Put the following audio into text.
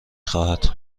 خواهد